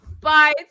Bye